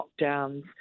lockdowns